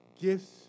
gifts